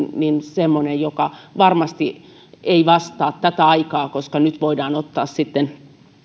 semmoinen joka varmasti ei vastaa tätä aikaa koska nyt voidaan ottaa sitten